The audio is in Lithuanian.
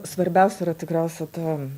svarbiausia yra tikriausia ta